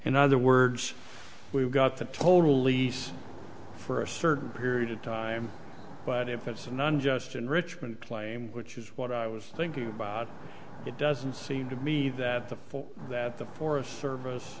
in other words we've got the told police for a certain period of time but if it's an unjust enrichment claim which is what i was thinking about it doesn't seem to me that the form that the forest service